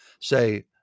say